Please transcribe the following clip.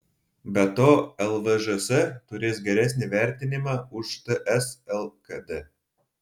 be to lvžs turės geresnį vertinimą už ts lkd